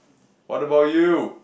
what about you